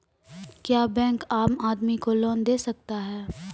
क्या बैंक आम आदमी को लोन दे सकता हैं?